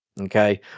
Okay